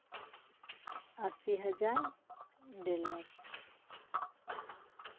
ᱟᱥᱤ ᱦᱟᱡᱟᱨ ᱰᱮᱲ ᱞᱟᱠᱷ